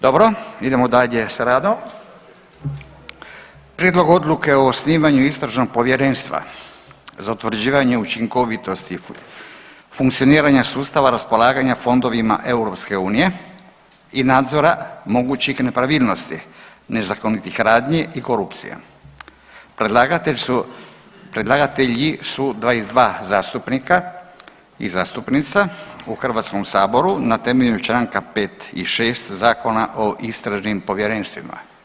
Dobro idemo dalje s radom. - Prijedlog Odluke o osnivanju istražnog povjerenstva za utvrđivanje učinkovitosti funkcioniranja sustava raspolaganja fondovima EU i nadzora mogućih nepravilnosti, nezakonitih radnji i korupcije Predlagatelj su, predlagatelji su 22 zastupnika i zastupnica u Hrvatskom saboru na temelju Članka 5. i 6. Zakona o istražnim povjerenstvima.